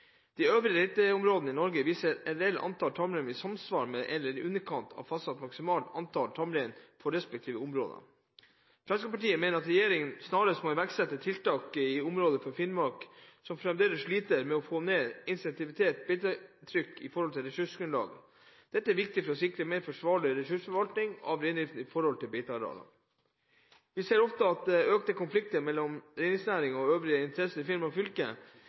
De øvrige reinbeiteområdene i Norge viser at reelt antall tamrein er i samsvar med, eller i underkant av, fastsatt maksimalt antall tamrein for de respektive områdene. Fremskrittspartiet mener regjeringen snarest må iverksette tiltak i de områdene i Finnmark som fremdeles sliter med å få ned intensiviteten i beitetrykket i forhold til ressursgrunnlaget. Dette er viktig for å sikre en mer forsvarlig ressursforvaltning av reindriften i forhold til beitearealer. Vi ser ofte at det er økte konflikter mellom reindriftsnæringen og øvrige interesser i Finnmark fylke.